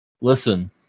Listen